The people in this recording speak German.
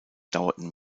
dauerten